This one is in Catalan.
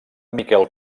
miquel